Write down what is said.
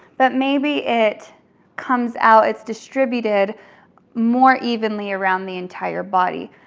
but maybe it comes out, it's distributed more evenly around the entire body,